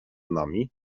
nami